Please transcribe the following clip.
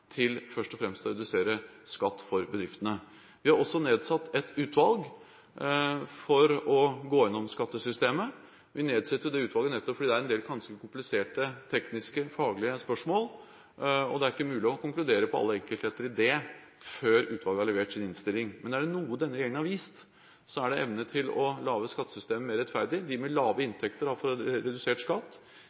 først og fremst til å redusere skatt for bedriftene. Vi har også nedsatt et utvalg for å gå igjennom skattesystemet. Vi nedsetter det utvalget nettopp fordi det er en del ganske kompliserte tekniske, faglige spørsmål, og det er ikke mulig å konkludere på alle enkeltheter i det før utvalget har levert sin innstilling. Men er det noe denne regjeringen har vist, så er det evne til å gjøre skattesystemet mer rettferdig. De med lave inntekter har fått redusert skatt,